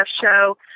show